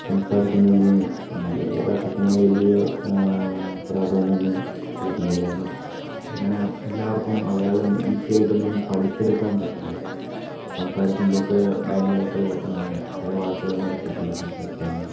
സംസാരിക്കുന്നതിന് മലയാള ഭാഷയ്ക്ക് അങ്ങനെ വലിയ പ്രധാന്യമൊന്നും കൊടുക്കുന്നില്ല കാരണം അങ്ങനെ എല്ലാവർക്കും മലയാളം ഈസി ആയിട്ടൊന്നും പഠിച്ചെടുക്കാൻ പറ്റില്ല സംസാരിക്കുമ്പൊക്കേ ഭയങ്കരയിട്ട് ചില വാക്കുകളൊന്നും അവർക്ക് കിട്ടില്ല സംസാരിക്കാൻ